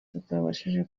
tutabashije